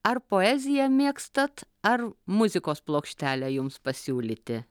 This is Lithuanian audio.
ar poeziją mėgstat ar muzikos plokštelę jums pasiūlyti